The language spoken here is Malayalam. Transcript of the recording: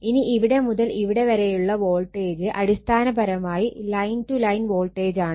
ഇനി ഇവിടെ മുതൽ ഇവിടെ വരെയുള്ള വോൾട്ടേജ് അടിസ്ഥാനപരമായി ലൈൻ ടു ലൈൻ വോൾട്ടേജ് ആണ്